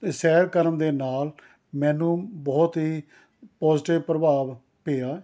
ਸੈਰ ਕਰਨ ਦੇ ਨਾਲ ਮੈਨੂੰ ਬਹੁਤ ਹੀ ਪੌਜ਼ਟਿਵ ਪ੍ਰਭਾਵ ਪਿਆ